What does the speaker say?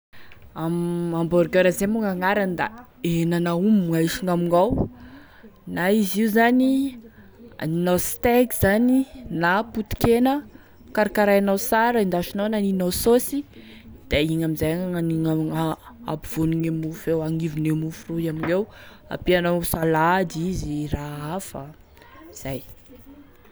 Ham- hamburger zay moa gn'agnarany da misy henan'aomby gn'ahisigny amignao, na izy io zany haninao steak zany na potikena karikarainao sara endasinao na aninao saosy da igny amin'izay gn'aninao ampovoane mofo eo anivone mofo roy amigneo, ampianao salade izy, raha hafa, zay.